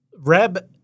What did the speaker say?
Reb